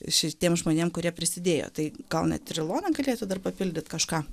šitiem žmonėm kurie prisidėjo tai gal net ir ilona galėtų dar papildyt kažką